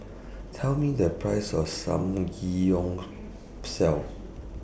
Tell Me The Price of Samgyeopsal